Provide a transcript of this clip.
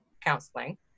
counseling